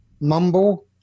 Mumble